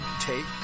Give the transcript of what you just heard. take